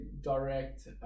direct